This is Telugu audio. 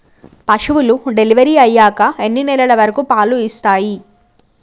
పశువులు డెలివరీ అయ్యాక ఎన్ని నెలల వరకు పాలు ఇస్తాయి?